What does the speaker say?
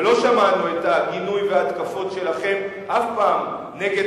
ולא שמענו את הגינוי וההתקפות שלכם אף פעם נגד